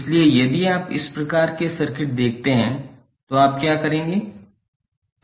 इसलिए यदि आप इस प्रकार के सर्किट देखते हैं तो आप क्या करेंगे